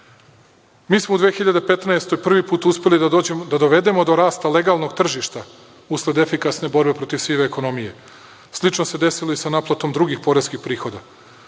smo u 2015. godini prvi put uspeli da dovedemo do rasta legalnog tržišta, usled efikasne borbe protiv sive ekonomije. Slično se desilo i sa naplatom drugih poreskih prihoda.